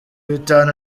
bitanu